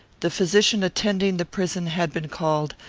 the physician attending the prison had been called,